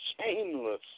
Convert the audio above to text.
shameless